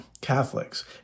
Catholics